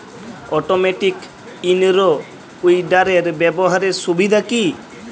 Automatic in row উইডারের ব্যবহারের সুবিধা কি?